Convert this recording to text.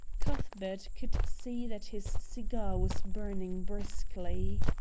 cuthbert could see that his cigar was burning briskly.